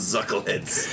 Zuckleheads